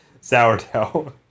Sourdough